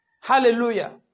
Hallelujah